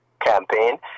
campaign